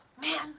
man